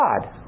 God